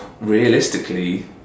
realistically